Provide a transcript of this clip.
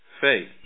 Faith